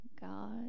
God